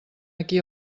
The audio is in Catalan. aquí